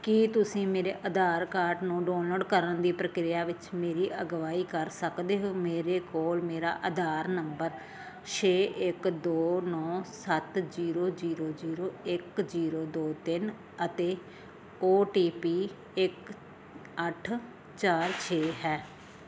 ਕੀ ਤੁਸੀਂ ਮੇਰੇ ਆਧਾਰ ਕਾਰਡ ਨੂੰ ਡਾਊਨਲੋਡ ਕਰਨ ਦੀ ਪ੍ਰਕਿਰਿਆ ਵਿੱਚ ਮੇਰੀ ਅਗਵਾਈ ਕਰ ਸਕਦੇ ਹੋ ਮੇਰੇ ਕੋਲ ਮੇਰਾ ਆਧਾਰ ਨੰਬਰ ਛੇ ਇੱਕ ਦੋ ਨੌਂ ਸੱਤ ਜ਼ੀਰੋ ਜ਼ੀਰੋ ਜ਼ੀਰੋ ਇੱਕ ਜ਼ੀਰੋ ਦੋ ਤਿੰਨ ਅਤੇ ਓ ਟੀ ਪੀ ਇੱਕ ਅੱਠ ਚਾਰ ਛੇ ਹੈ